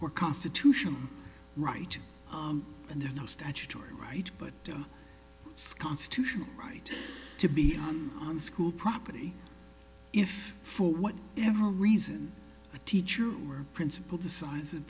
or constitutional right and there's no statutory right but constitutional right to be on school property if for what ever reason a teacher or principal decides that